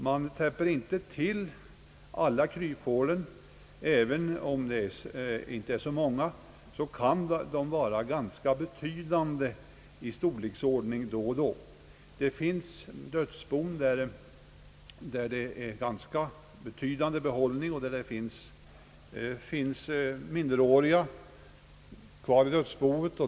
Man täpper inte till alla kryphålen. Även om det inte återstår så många, kan de då och då vara av ganska betydande storleksordning. Det finns dödsbon där det är en ganska betydande behållning och där det finns minderåriga i dödsboet.